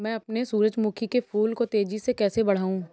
मैं अपने सूरजमुखी के फूल को तेजी से कैसे बढाऊं?